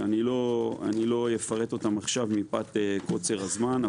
שאני לא אפרט אותן עכשיו מפאת קוצר הזמן,